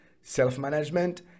self-management